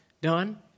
done